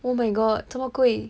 oh my god 这么贵